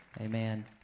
Amen